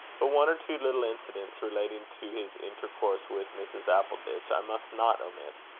but one or two little incidents, relating to his intercourse with mrs. appleditch, i must not omit.